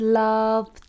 love